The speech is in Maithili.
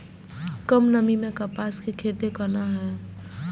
कम नमी मैं कपास के खेती कोना हुऐ?